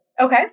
okay